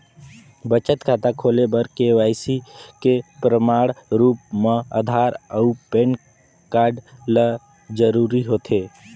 बचत खाता खोले बर के.वाइ.सी के प्रमाण के रूप म आधार अऊ पैन कार्ड ल जरूरी होथे